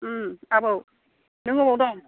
आबौ नों बबेयाव दं